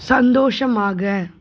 சந்தோஷமாக